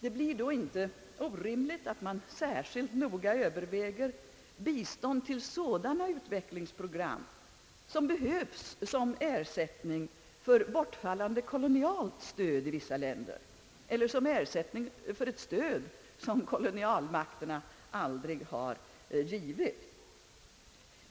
Det blir då inte orimligt att man särskilt noga överväger bistånd till sådana utvecklingsprogram, som behövs såsom ersättning för bortfallande kolonialt stöd i vissa länder, eller som en ersättning för ett stöd som kolonialmakterna aldrig har lämnat.